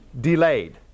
delayed